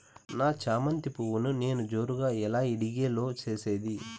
నా చామంతి పువ్వును నేను జోరుగా ఎలా ఇడిగే లో చేసేది?